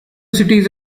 cities